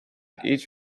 each